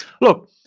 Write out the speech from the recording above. look